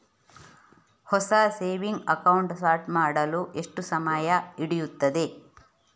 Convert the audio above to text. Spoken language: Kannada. ಹೊಸ ಸೇವಿಂಗ್ ಅಕೌಂಟ್ ಸ್ಟಾರ್ಟ್ ಮಾಡಲು ಎಷ್ಟು ಸಮಯ ಹಿಡಿಯುತ್ತದೆ?